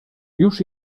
już